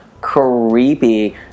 creepy